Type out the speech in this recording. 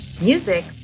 Music